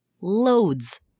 loads